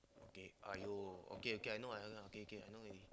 okay !aiyo! okay okay I know what you talking about okay okay I know already